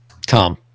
tom